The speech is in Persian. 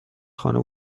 خانه